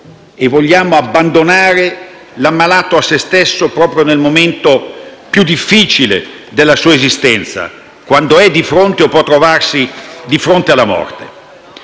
E vogliamo abbandonare l'ammalato a se stesso, proprio nel momento più difficile della sua esistenza, quando è o può trovarsi di fronte alla morte?